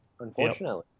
unfortunately